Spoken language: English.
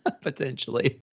potentially